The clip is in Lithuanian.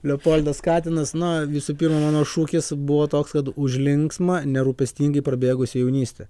leopoldas katinas na visų pirma mano šūkis buvo toks kad už linksmą nerūpestingai prabėgusią jaunystę